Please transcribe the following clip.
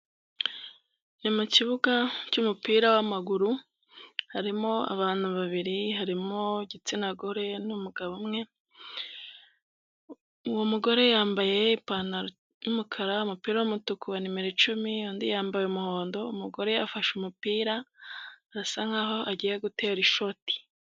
Mu kibuga cy'umupira w'amaguru, harimo abantu babiri, harimo igitsina gore n'umugabo umwe, uwo mugore yambaye ipantaro y'umukara umupira w'umutuku wa nimero icumi und yambaye umuhondo, umugore afashe umupira arasa nk'aho agiye gutera ishoti.